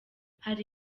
hari